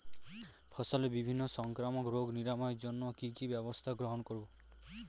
ফসলের বিভিন্ন সংক্রামক রোগ নিরাময়ের জন্য কি কি ব্যবস্থা গ্রহণ করব?